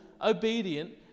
obedient